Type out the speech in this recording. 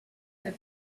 del